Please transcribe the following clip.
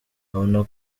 abona